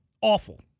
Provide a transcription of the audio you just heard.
Awful